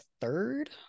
third